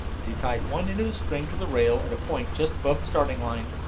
as he tied one end of a string to the rail, at a point just above the starting line.